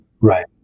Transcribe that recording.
Right